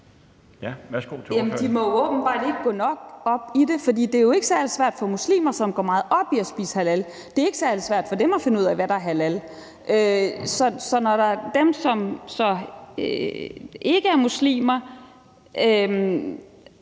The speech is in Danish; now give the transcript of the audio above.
de må jo åbenbart ikke gå nok op i det, for det er jo ikke særlig svært for muslimer, som går meget op i at spise halal. Det er ikke særlig svært for dem at finde ud af, hvad der halal. Så dem, som ikke er muslimer,